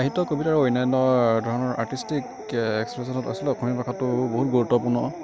সাহিত্য কবিতা আৰু অন্যান্য ধৰণৰ আৰ্টিষ্টিক এক্সপ্ৰেছনত আচলতে অসমীয়া ভাষাটো বহুত গুৰুত্বপূৰ্ণ